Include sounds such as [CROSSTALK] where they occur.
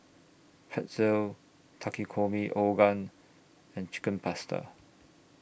Pretzel Takikomi [UNINTELLIGIBLE] and Chicken Pasta